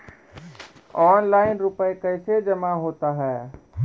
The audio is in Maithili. ऑनलाइन रुपये कैसे जमा होता हैं?